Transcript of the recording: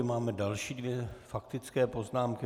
Máme další dvě faktické poznámky.